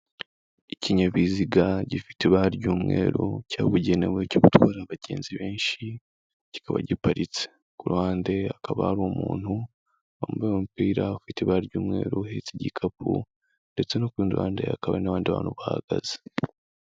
Ikinyabiziga gifite ibara ry'umweru cyabugenewe cyo gutwara abagenzi benshi, kikaba giparitse, ku ruhande hakaba hari umuntu wambaye umupira ufite ibara ry'umweru, uhetse igikapu ndetse no ku rundi ruhande hakaba hari n'abandi bantu bahagaze.